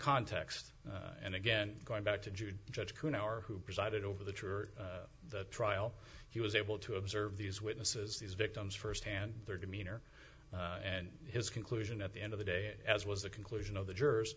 context and again going back to jude judge who now or who presided over the church trial he was able to observe these witnesses these victims firsthand their demeanor and his conclusion at the end of the day as was the conclusion of the jurors